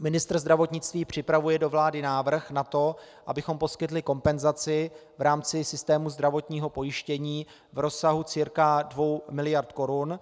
Ministr zdravotnictví připravuje do vlády návrh na to, abychom poskytli kompenzaci v rámci systému zdravotního pojištění v rozsahu cca 2 miliard korun.